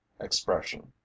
expression